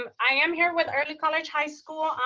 um i am here with early college high school,